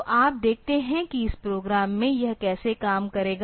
तो आप देखते हैं कि इस प्रोग्राम में यह कैसे काम करेगा